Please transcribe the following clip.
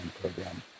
program